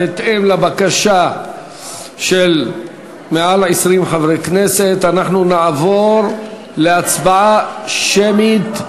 בהתאם לבקשה של יותר מ-20 חברי כנסת אנחנו נעבור להצבעה שמית.